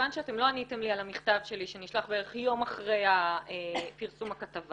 מכוון שאתם לא עניתם לי על המכתב שלי שנשלח בערך יום אחרי פרסום הכתבה